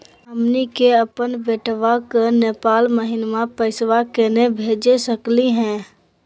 हमनी के अपन बेटवा क नेपाल महिना पैसवा केना भेज सकली हे?